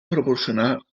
proporcionar